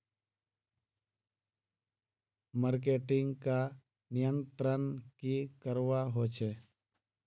Marketing का नियंत्रण की करवा होचे?